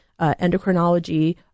endocrinology